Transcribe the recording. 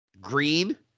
Green